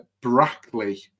Brackley